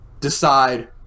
Decide